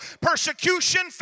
Persecution